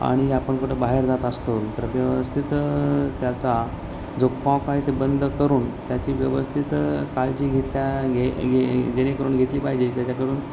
आणि आपण कुठं बाहेर जात असतो तर व्यवस्थित त्याचा जो काॅक आहे ते बंद करून त्याची व्यवस्थित काळजी घेतल्या घे जेणेकरून घेतली पाहिजे त्याच्याकरून